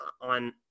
on